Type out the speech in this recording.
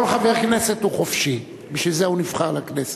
כל חבר כנסת הוא חופשי, בשביל זה הוא נבחר לכנסת.